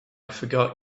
forgot